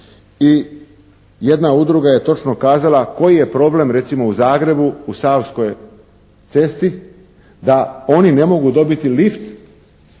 i jedna udruga je kazala koji je problem, recimo, u Zagrebu u Savskoj cesti, da oni ne mogu dobiti lift